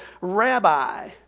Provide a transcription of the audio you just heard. rabbi